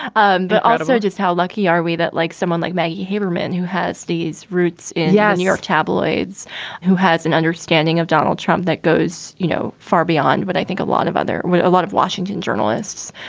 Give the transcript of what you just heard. um but also, just how lucky are we that like someone like maggie haberman who has these roots in yeah. new york tabloids who has an understanding of donald trump that goes, you know, far beyond what i think a lot of other a lot of washington journalists.